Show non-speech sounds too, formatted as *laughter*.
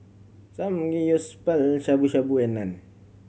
*unintelligible* Shabu Shabu and Naan